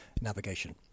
Navigation